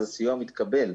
הסיוע מתקבל.